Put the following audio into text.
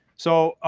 so,